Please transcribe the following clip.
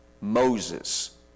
Moses